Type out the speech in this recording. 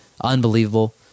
unbelievable